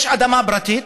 יש אדמה פרטית